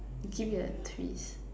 and give it a twist